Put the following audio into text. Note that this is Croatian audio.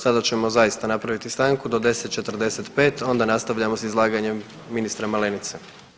Sada ćemo zaista napraviti stanku do 10,45 onda nastavljamo s izlaganjem ministra Malenice.